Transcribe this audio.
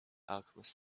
alchemist